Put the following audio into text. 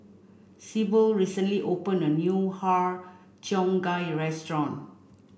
Sibyl recently opened a new Har Cheong Gai restaurant